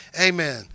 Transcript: Amen